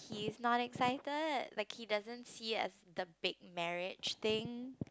he's not excited like he doesn't see as the big marriage thing